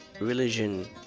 Religion